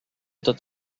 tot